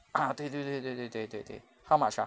ah 对对对对对对对对 how much ah